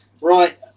Right